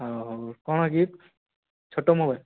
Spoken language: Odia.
ହେଉ କ'ଣ ଛୋଟ ମୋବାଇଲ୍